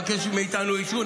מבקשת מאיתנו אישור,